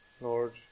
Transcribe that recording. Lord